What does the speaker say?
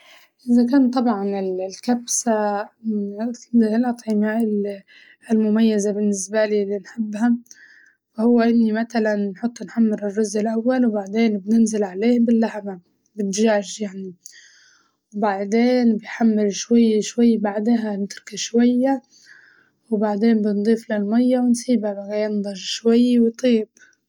إزا كان طبعاً ال- الكبسة ن- من الأطعمة ال- المميزة بالنسبة لي نحبها، فهو إني متلاً نحط نحمر الرز الأول وبعدين بننزل عليهن باللحمة بالدجاج يعني، وبعدين بحمر شوية شوية بعدها نتركه شوية وبعدين بنضيفله المية ونسيبه لينضج شوية ويطيب.